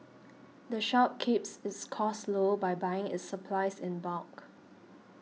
the shop keeps its costs low by buying its supplies in bulk